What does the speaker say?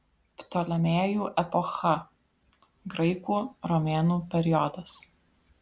ptolemėjų epocha graikų romėnų periodas